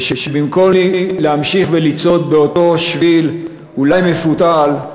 ושבמקום להמשיך ולצעוד באותו שביל, אולי מפותל,